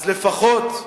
אז לפחות,